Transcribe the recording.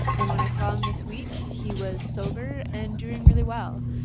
and when i saw him this week, he was sober and doing really well.